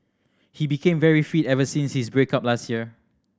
he became very fit ever since his break up last year